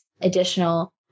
additional